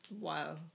Wow